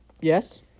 Yes